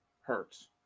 Hurts